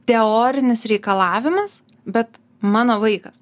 teorinis reikalavimas bet mano vaikas